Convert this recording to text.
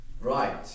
right